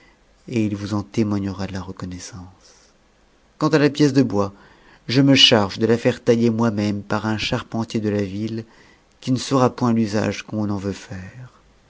et il vous en témoignera de la reconnaissance quant à la pièce de bois je me charge de la faire tailler m même par un charpentier de la ville qui ne saura point l'usage qu'on en veut